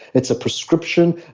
it's a prescription,